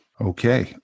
Okay